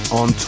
on